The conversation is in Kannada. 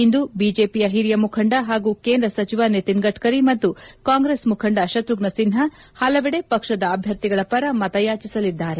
ಇಂದು ಬಿಜೆಪಿಯ ಹಿರಿಯ ಮುಖಂಡ ಹಾಗೂ ಕೇಂದ್ರ ಸಚಿವ ನಿತಿನ್ ಗಢರಿ ಮತ್ತು ಕಾಂಗ್ರೆಸ್ ಮುಖಂಡ ಶುತ್ರುಫ್ನ ಸಿನ್ನಾ ಹಲವೆಡೆ ಪಕ್ಷದ ಅಭ್ಯರ್ಥಿಗಳ ಪರ ಮತ ಯಾಚಿಸಲಿದ್ದಾರೆ